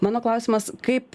mano klausimas kaip